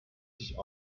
sich